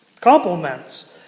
complements